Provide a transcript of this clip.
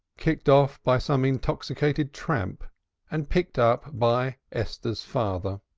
kicked off by some intoxicated tramp and picked up by esther's father.